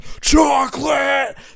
Chocolate